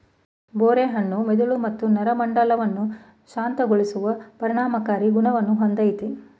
ಬೋರೆ ಹಣ್ಣು ಮೆದುಳು ಮತ್ತು ನರಮಂಡಲವನ್ನು ಶಾಂತಗೊಳಿಸುವ ಪರಿಣಾಮಕಾರಿ ಗುಣವನ್ನು ಹೊಂದಯ್ತೆ